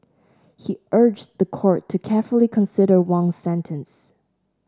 he urged the court to carefully consider Wang's sentence